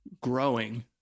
growing